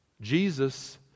Jesus